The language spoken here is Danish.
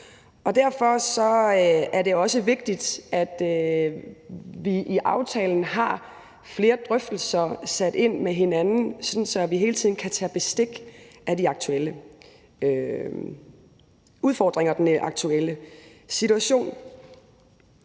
Derfor er det også vigtigt, at vi i aftalen har sat flere drøftelser med hinanden ind, sådan så vi hele tiden kan tage bestik af de aktuelle udfordringer